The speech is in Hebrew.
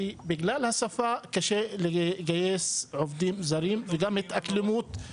שבגלל השפה קשה לגייס עובדים זרים, וגם התאקלמות.